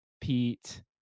pete